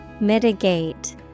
Mitigate